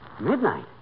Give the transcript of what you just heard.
Midnight